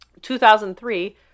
2003